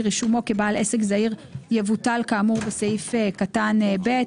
רישומו כבעל עסק זעיר יבוטל כאמור בסעיף קטן (ב)".